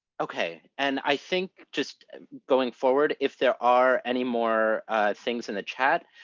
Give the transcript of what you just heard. okay. and i think just going forward, if there are any more things in the chat,